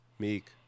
Meek